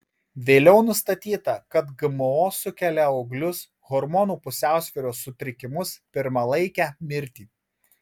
vėliau nustatyta kad gmo sukelia auglius hormonų pusiausvyros sutrikimus pirmalaikę mirtį